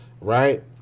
Right